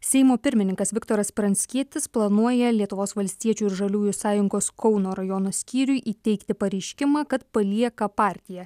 seimo pirmininkas viktoras pranckietis planuoja lietuvos valstiečių ir žaliųjų sąjungos kauno rajono skyriui įteikti pareiškimą kad palieka partiją